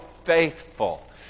faithful